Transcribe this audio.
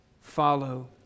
follow